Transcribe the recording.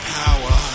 power